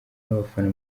n’abafana